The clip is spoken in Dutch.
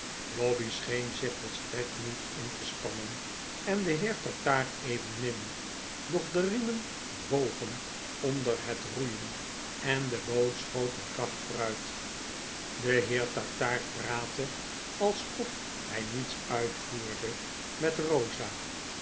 lobbey scheen zich volstrekt niet in te spannen en de heer tartaar evenmin doch de riemen bogen onder het roeien en de boot schoot met kracht vooruit de heer tartaar praatte alsof hij niets uitvoerde met rosa